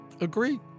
agree